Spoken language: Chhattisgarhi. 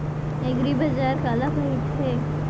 एगरीबाजार काला कहिथे?